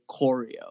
choreo